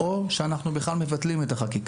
או שאנחנו בכלל מבטלים את החקיקה.